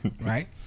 right